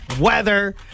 weather